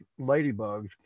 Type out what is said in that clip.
ladybugs